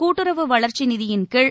கூட்டுறவு வளர்ச்சி நிதியின் கீழ்